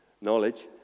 knowledge